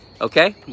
Okay